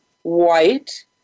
white